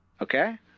okay